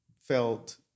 felt